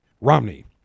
Romney